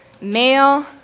Male